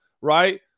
right